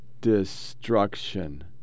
destruction